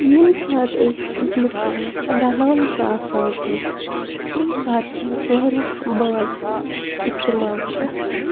ییٚمہِ ساتہٕ أسۍ کِچنَس منٛز رَنان چھِ آسان کینٛہہ امہِ ساتہٕ چھِ واریاہ بانہٕ اِستعمال گَژھان